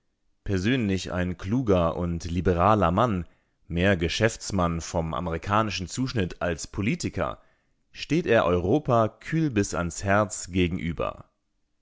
persönlich ein kluger und liberaler mann mehr geschäftsmann von amerikanischem zuschnitt als politiker steht er europa kühl bis ans herz gegenüber